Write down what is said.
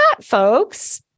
folks